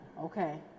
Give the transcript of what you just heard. okay